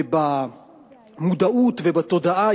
במודעות ובתודעה,